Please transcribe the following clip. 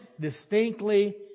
distinctly